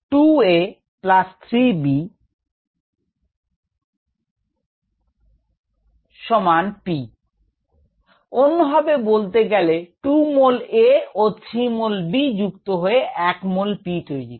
2A 3B → P অন্য ভাবে বলতে গেলে 2মোল A ও 3 মোল B যুক্ত হয়ে 1 মোল P তৈরি হয়